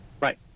Right